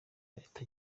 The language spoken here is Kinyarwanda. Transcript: leta